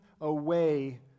away